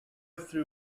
threw